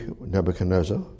Nebuchadnezzar